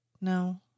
No